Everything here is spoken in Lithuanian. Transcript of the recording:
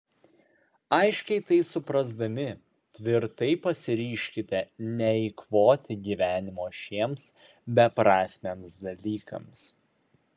aiškiai tai suprasdami tvirtai pasiryžkite neeikvoti gyvenimo šiems beprasmiams dalykams